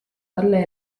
talle